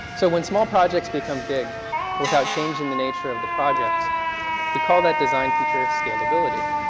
so when small projects become big without changing the nature of the project we call that designed futuristic scaleability.